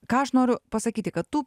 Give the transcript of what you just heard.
ką aš noriu pasakyti kad tų